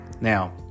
now